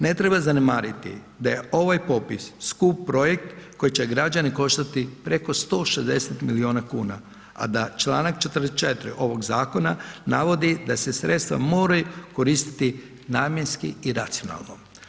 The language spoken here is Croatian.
Ne treba zanemariti da je ovaj popis skup projekt koje će građane koštati preko 160 milijuna kuna, a da čl. 44. ovog zakona navodi da se sredstva moraju koristiti namjenski i racionalno.